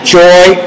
joy